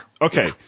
Okay